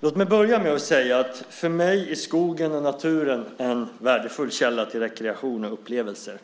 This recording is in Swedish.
Låt mig börja med att säga att för mig är skogen och naturen en värdefull källa till rekreation och upplevelser.